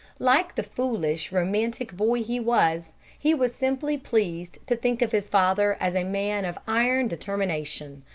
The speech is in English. like the foolish, romantic boy he was, he was simply pleased to think of his father as a man of iron determination,